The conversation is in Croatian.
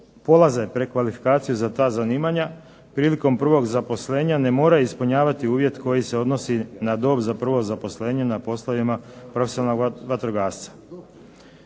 polaze prekvalifikaciju za ta zanimanja, prilikom prvog zaposlenja ne moraju ispunjavati uvjet koji se odnosi na dob za prvo zaposlenje na poslovima profesionalnog vatrogasca.